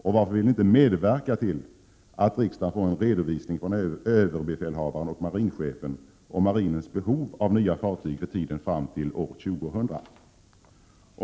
Och varför vill ni inte medverka till att riksdagen får en redovisning från överbefälhavaren och marinchefen om marinens behov av nya fartyg för tiden fram till år 2000.